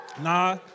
Nah